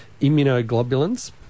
immunoglobulins